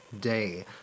day